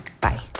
bye